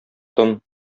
тын